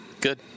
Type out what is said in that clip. Good